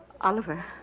Oliver